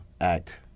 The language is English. act